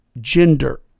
gender